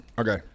Okay